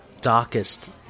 darkest